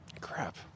Crap